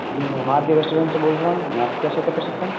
जी मैं महादेव रेस्टोरेंट से बोल रहा हूँ मैं आपकी क्या सहायता कर सकता हूँ